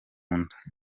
nda